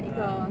ah